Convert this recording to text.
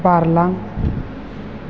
बारलां